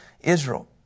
Israel